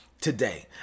today